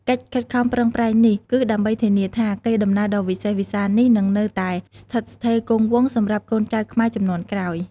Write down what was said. កិច្ចខិតខំប្រឹងប្រែងនេះ គឺដើម្បីធានាថា កេរដំណែលដ៏វិសេសវិសាលនេះនឹងនៅតែស្ថិតស្ថេរគង់វង្សសម្រាប់កូនចៅខ្មែរជំនាន់ក្រោយ។